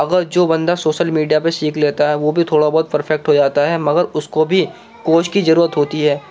اگر جو بندہ سوسل میڈیا پہ سیکھ لیتا ہے وہ بھی تھوڑا بہت فرفیکٹ ہو جاتا ہے مگر اس کو بھی کوچ کی ضرورت ہوتی ہے